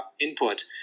input